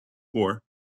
four